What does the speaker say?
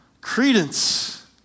credence